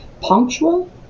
punctual